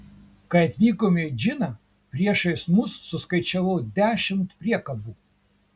kai atvykome į džiną priešais mus suskaičiavau dešimt priekabų